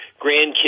grandkids